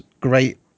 great